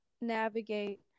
navigate